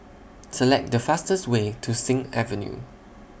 Select The fastest Way to Sing Avenue